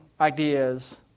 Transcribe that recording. ideas